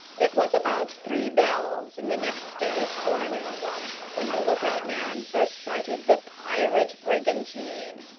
it was about three bells in the next day's forenoon watch when the look-out man first sighted the pirate brigantine.